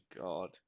God